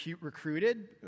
recruited